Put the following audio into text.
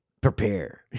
prepare